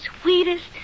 sweetest